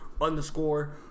underscore